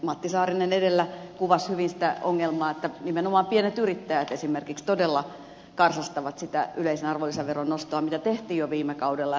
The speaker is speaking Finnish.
matti saarinen edellä kuvasi hyvin sitä ongelmaa että nimenomaan pienet yrittäjät esimerkiksi todella karsastavat sitä yleisen arvonlisäveron nostoa mitä tehtiin jo viime kaudella